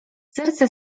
serce